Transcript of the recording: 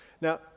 Now